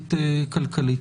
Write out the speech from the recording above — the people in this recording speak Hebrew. התעסוקתית כלכלית.